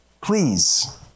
Please